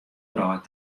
wrâld